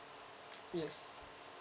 yes